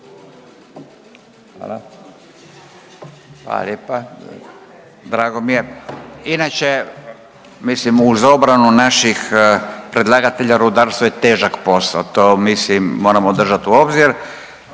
možete. Hvala lijepa. Drago mi je. Inače mislim uz obranu naših predlagatelja rudarstvo je težak posao, to mislim moramo držati u obzir